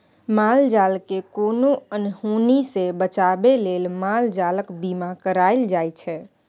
माल जालकेँ कोनो अनहोनी सँ बचाबै लेल माल जालक बीमा कराएल जाइ छै